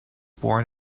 born